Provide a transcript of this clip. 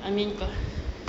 I mean kalau